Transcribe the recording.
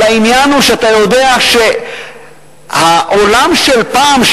אבל העניין הוא שאתה יודע שהעולם של פעם,